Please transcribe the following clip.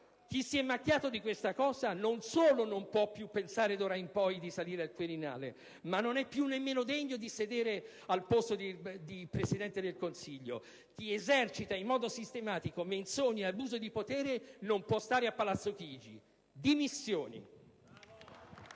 Chi si è macchiato di questa cosa non solo non può più pensare d'ora in poi di salire al Quirinale, ma non è più nemmeno degno di sedere al posto di Presidente del Consiglio: chi esercita in modo sistematico menzogna ed abuso di potere non può stare a palazzo Chigi. Dimissioni!